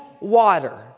water